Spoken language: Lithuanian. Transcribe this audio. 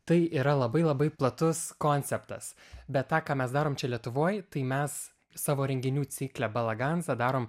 tai yra labai labai platus konceptas bet tą ką mes darom čia lietuvoj tai mes savo renginių cikle balaganza darom